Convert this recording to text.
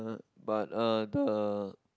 uh but uh the